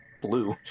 blue